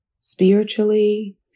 spiritually